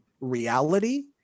reality